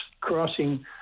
crossing